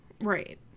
Right